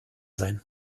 sein